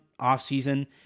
offseason